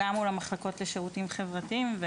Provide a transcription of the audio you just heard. גם מול המחלקות לשירותים חברתיים.